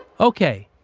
okay.